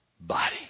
body